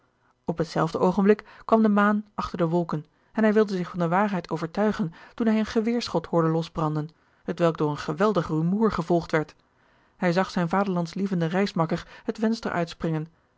op hetzelfde oogenblik kwam de maan achter de wolken en hij wilde zich van de waarheid overtuigen toen hij een geweerschot hoorde losbranden hetwelk door een geweldig rumoer gevolgd werd hij zag zijn vaderlandslievenden reismakker het venster uitspringen